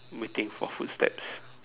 waiting for footsteps